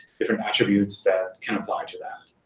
different attributes that can apply to that.